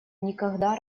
никогда